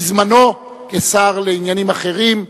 בזמנו כשר לעניינים אחרים,